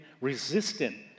resistant